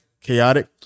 chaotic